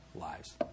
lives